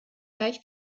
gleich